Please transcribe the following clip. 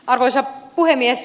arvoisa puhemies